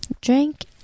drink